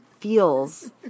feels